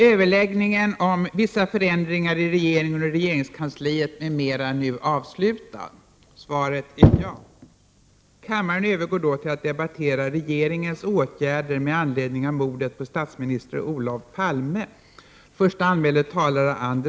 Sedan de under avsnittet Vissa förändringar i regeringen och regeringskansliet, m.m. anmälda talarna nu haft ordet övergår kammaren till att debattera avsnittet Regeringens åtgärder med anledning av mordet på statsminister Olof Palme.